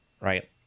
right